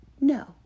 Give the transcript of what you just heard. No